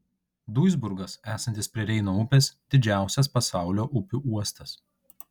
duisburgas esantis prie reino upės didžiausias pasaulio upių uostas